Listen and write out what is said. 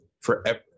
forever